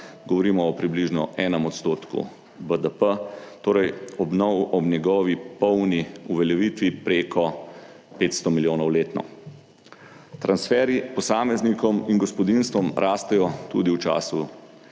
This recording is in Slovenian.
Govorimo o približno 1 % BDP, torej obnov ob njegovi polni uveljavitvi preko 500 milijonov letno. Transferji posameznikom in gospodinjstvom rastejo tudi v času